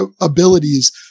abilities